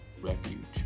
Refuge